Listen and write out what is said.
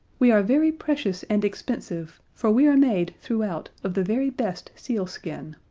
we are very precious and expensive, for we are made, throughout, of the very best sealskin.